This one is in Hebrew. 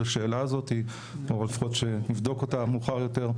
השאלה הזאת או שלפחות נבדוק אותה מאוחר יותר?